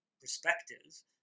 perspectives